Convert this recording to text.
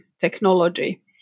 technology